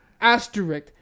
Asterisk